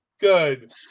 Good